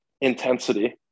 intensity